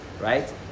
right